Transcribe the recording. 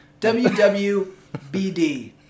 WWBD